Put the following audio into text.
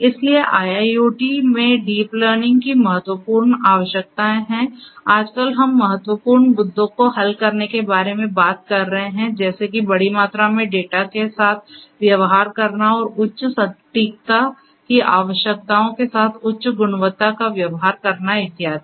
इसलिए IIoT में deep learning की महत्वपूर्ण आवश्यकताएं हैं आजकल हम महत्वपूर्ण मुद्दों को हल करने के बारे में बात कर रहे हैं जैसे कि बड़ी मात्रा में डेटा के साथ व्यवहार करना और उच्च सटीकता की आवश्यकताओं के साथ उच्च गुणवत्ता का व्यवहार करना इत्यादि